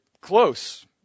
close